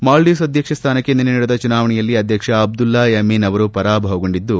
Maldives ಅಧ್ಯಕ್ಷ ಸ್ಥಾನಕ್ಕೆ ನಿನ್ನೆ ನಡೆದ ಚುನಾವಣೆಯಲ್ಲಿ ಅಧ್ಯಕ್ಷ ಅಬ್ದುಲ್ಲಾ ಯಮೀನ್ ಅವರು ಪರಾಭವಗೊಂಡಿದ್ದು